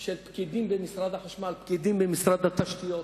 של פקידים בחברת החשמל, של פקידים במשרד התשתיות.